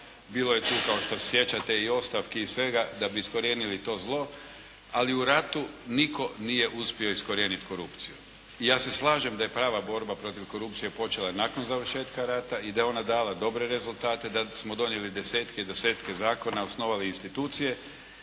Bilo je tu kao što se sjećate i ostavki i svega da bi iskorijenili to zlo, ali u ratu nitko nije uspio iskorijeniti korupciju. I ja se slažem da je prava borba protiv korupcije počela i nakon završetka rata i da je ona dala dobre rezultate. Da smo donijeli desetke i desetke zakona, osnovali institucije